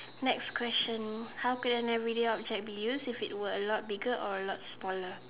next question how can an everyday object if it were a lot bigger or a lot smaller